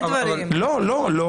לא, לא.